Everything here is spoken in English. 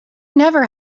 never